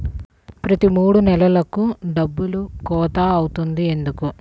ప్రతి మూడు నెలలకు డబ్బులు కోత అవుతుంది ఎందుకు?